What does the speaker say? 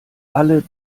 alle